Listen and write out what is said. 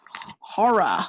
Horror